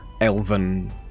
elven